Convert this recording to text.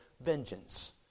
vengeance